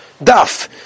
daf